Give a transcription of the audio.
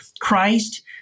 Christ